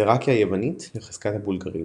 ותראקיה היוונית לחזקת הבולגרים,